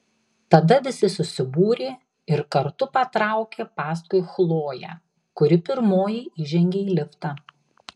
tada visi susibūrė ir kartu patraukė paskui chloję kuri pirmoji įžengė į liftą